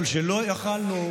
שלא יכולנו,